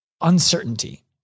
uncertainty